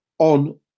on